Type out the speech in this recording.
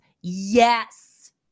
Yes